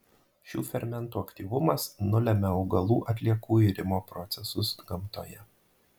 šių fermentų aktyvumas nulemia augalų atliekų irimo procesus gamtoje